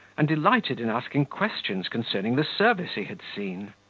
and delighted in asking questions concerning the service he had seen.